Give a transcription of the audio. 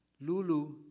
Lulu